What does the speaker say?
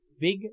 big